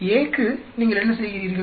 A க்கு நீங்கள் என்ன செய்கிறீர்கள்